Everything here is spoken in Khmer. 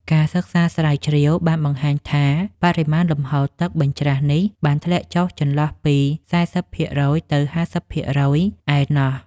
ការសិក្សាស្រាវជ្រាវបានបង្ហាញថាបរិមាណលំហូរទឹកបញ្ច្រាសនេះបានធ្លាក់ចុះចន្លោះពីសែសិបភាគរយទៅហាសិបភាគរយឯណោះ។